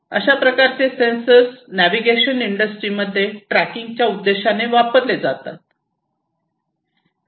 अशा प्रकारचे sensors navigation इंडस्ट्रीमध्ये ट्रॅकिंगच्या उद्देशाने वापरले जातात